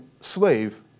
slave